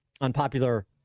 unpopular